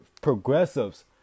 progressives